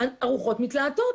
הרוחות מתלהטות.